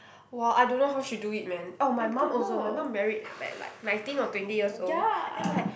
!wah! I don't know how she do it man oh my mum also my mum married at like nineteen or twenty years old then like